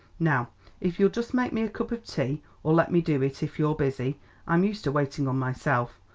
now if you'll just make me a cup of tea or let me do it if you're busy i'm used to waiting on myself.